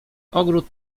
ogród